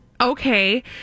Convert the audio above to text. Okay